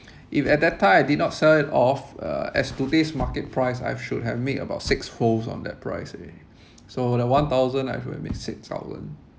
if at that time I did not sell it off uh as today's market price I should have made about six folds on that price already so the one thousand I could have made six thousand